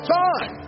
time